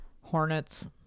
hornets